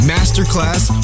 Masterclass